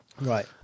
Right